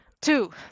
two